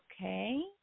okay